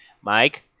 Mike